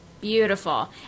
Beautiful